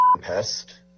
pest